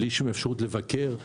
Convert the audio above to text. בלי שום אפשרות לבקר,